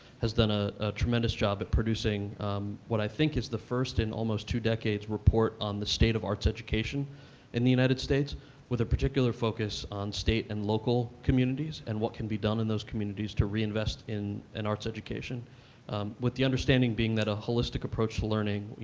has done ah a tremendous job at producing what i think is the first in almost two decades report on the state of arts education in the united states with a particular focus on state and local communities and what can be done in those communities to reinvest in and arts education with the understanding being that a holistic approach to learning, you